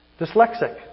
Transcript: Dyslexic